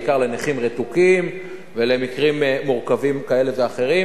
בעיקר לנכים רתוקים ולמקרים מורכבים כאלה ואחרים,